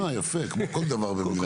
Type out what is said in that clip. אה יפה, כמו כל דבר במדינת ישראל.